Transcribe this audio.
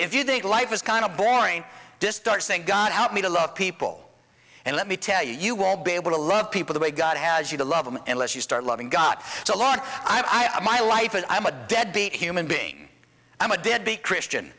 if you think life is kind of boring to start saying god help me to love people and let me tell you you won't be able to love people the way god has you to love them unless you start loving god so long i am my life and i'm a deadbeat human being i'm a deadbeat christian